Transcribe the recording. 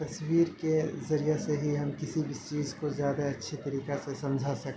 تصویر کے ذریعے سے ہی ہم کسی بھی چیز کو زیادہ اچھے طریقہ سے سمجھا سکتے ہیں